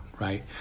right